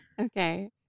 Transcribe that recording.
okay